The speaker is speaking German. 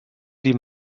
die